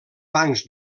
bancs